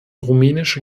rumänische